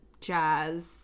jazz